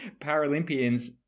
Paralympians